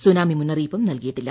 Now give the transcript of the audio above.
tsunami മുന്നറിയിപ്പും നൽകിയിട്ടില്ല